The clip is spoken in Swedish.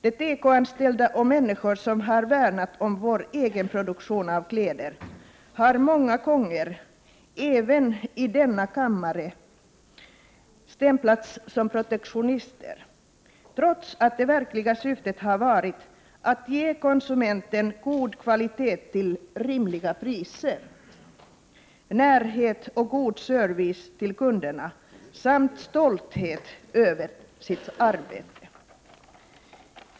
De tekoanställda och människor som har värnat om vår egen produktion av kläder har ofta, även i denna kammare, stämplats som protektionister, trots att det verkliga syftet har varit att ge konsumenten god kvalitet till rimliga priser, närhet och god service samt att bereda de anställda möjlighet att känna stolthet över sitt arbete.